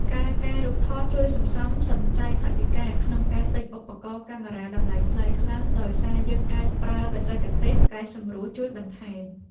ការកែរូបថតជួយសន្សំសំចៃថវិកាក្នុងការទិញឧបករណ៍កាមេរ៉ាតម្លៃថ្លៃខ្លាំង ដោយសារយើងអាចប្រើបច្ចេកទេសកែសម្រួលជួយបន្ថែម។